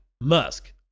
Musk